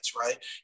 right